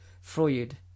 Freud